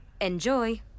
Enjoy